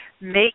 make